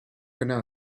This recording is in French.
connaît